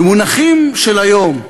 במונחים של היום,